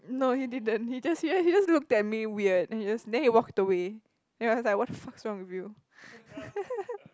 no he didn't he just yeah he just looked at me weird then he just then he walked away then I was like what the fuck is wrong with you